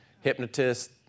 hypnotist